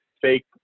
fake